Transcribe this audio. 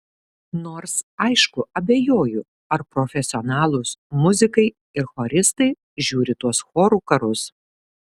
nors aišku abejoju ar profesionalūs muzikai ir choristai žiūri tuos chorų karus